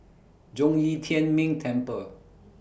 Zhong Yi Tian Ming Temple